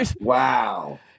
Wow